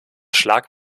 schlag